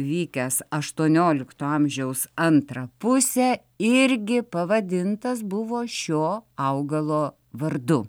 vykęs aštuoniolikto amžiaus antrą pusę irgi pavadintas buvo šio augalo vardu